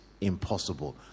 impossible